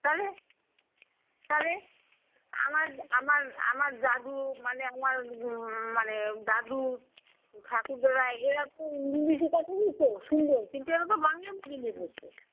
তাহলে তালে আমার আমার আমার দাদু মানে আমার মানে দাদু ঠাকুরদাদা এরা তো ইংলিশে কথা বলতো সুন্দর কিন্তু এরা তো বাংলা মিডিয়ামে পড়তো